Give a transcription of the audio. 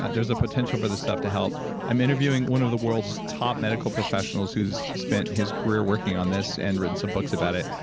there's a potential for this stuff to help i'm interviewing one of the world's top medical professionals, who's spent his career working on this and written some books about it.